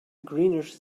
greenish